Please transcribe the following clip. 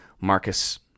Marcus